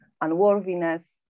unworthiness